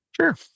sure